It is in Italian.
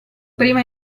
prima